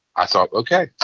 i thought, ok.